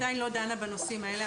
המל"ג לא דנה בנושאים האלה.